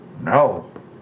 No